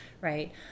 right